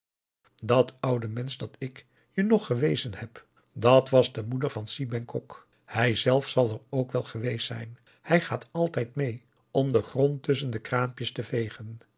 dat oude mensch dat ik je uog augusta de wit orpheus in de dessa gewezen heb dat was de moeder van si bengkok hij zelf zal er ook wel geweest zijn hij gaat altijd mee om den grond tusschen de kraampjes te vegen